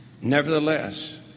Nevertheless